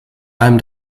allem